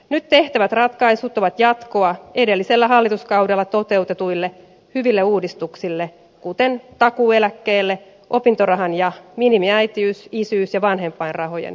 nyt tehtävät ratkaisut ovat jatkoa edellisellä hallituskaudella toteutetuille hyville uudistuksille kuten takuueläkkeelle opintorahan ja minimiäitiys isyys ja vanhempainrahojen korotuksille